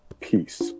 peace